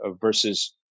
versus